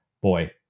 Boy